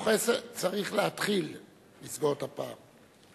תוך עשר, צריך להתחיל לסגור את הפער.